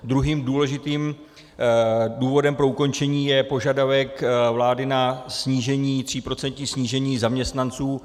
Druhým důležitým důvodem pro ukončení je požadavek vlády na snížení, tříprocentní snížení zaměstnanců.